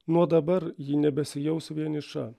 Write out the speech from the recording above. nuo dabar ji nebesijaus vieniša